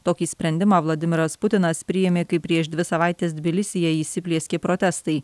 tokį sprendimą vladimiras putinas priėmė kai prieš dvi savaites tbilisyje įsiplieskė protestai